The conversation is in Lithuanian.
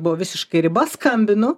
buvo visiškai riba skambinu